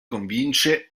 convince